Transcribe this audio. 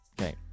okay